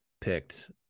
picked